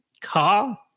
car